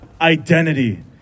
identity